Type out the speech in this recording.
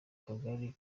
kagari